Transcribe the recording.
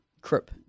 crip